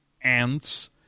ants